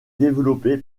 développé